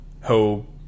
Hope